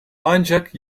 ancak